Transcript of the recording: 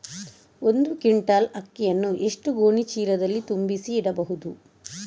ಒಂದು ಕ್ವಿಂಟಾಲ್ ಅಕ್ಕಿಯನ್ನು ಎಷ್ಟು ಗೋಣಿಚೀಲದಲ್ಲಿ ತುಂಬಿಸಿ ಇಡಬಹುದು?